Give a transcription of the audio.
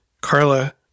Carla